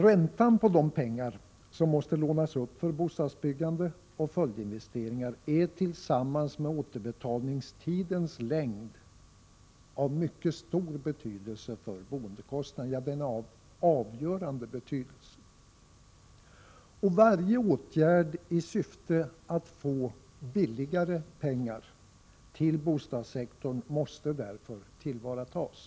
Räntan på de pengar som måste lånas för bostadsbyggande och följdinvesteringar är tillsammans med återbetalningstidens längd av mycket stor betydelse för boendekostnaderna. Den är helt enkelt av avgörande betydelse. Varje åtgärd i syfte att få ”billigare pengar” till bostadssektorn måste därför tillvaratas.